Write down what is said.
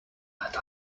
let